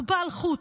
בובה על חוט,